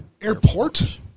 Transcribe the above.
Airport